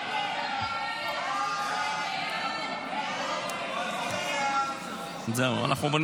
חוק התכנון והבנייה (תיקון מס' 151),